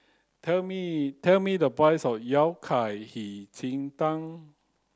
tell me tell me the price of yao cai hei ji tang